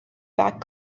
back